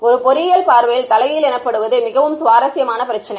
ஒரு பொறியியல் பார்வையில் தலைகீழ் எனப்படுவது மிகவும் சுவாரஸ்யமான பிரச்சினை